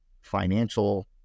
financial